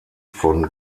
von